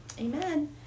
amen